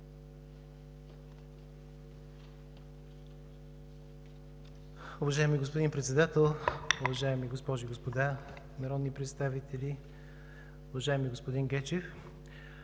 Уважаеми господин Председател, уважаеми госпожи и господа народни представители! Уважаема госпожо Илиева,